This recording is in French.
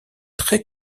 très